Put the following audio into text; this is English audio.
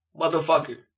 motherfucker